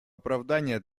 оправдания